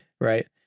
right